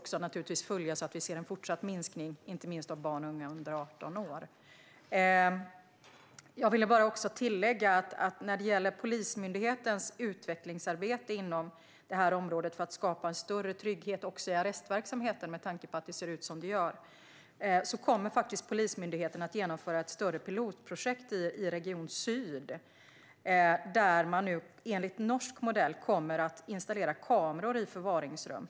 Vi ska naturligtvis också följa detta så att vi ser en fortsatt minskning av barn och unga under 18 år. När det gäller Polismyndighetens utvecklingsarbete inom detta område för att skapa en större trygghet även i arrestverksamheten - med tanke på att det ser ut som det gör - kommer Polismyndigheten att genomföra ett större pilotprojekt i Region syd. Där kommer man, enligt norsk modell, att installera kameror i förvaringsrum.